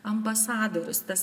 ambasadorius tas